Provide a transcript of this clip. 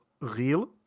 real